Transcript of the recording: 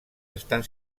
estan